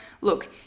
look